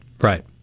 Right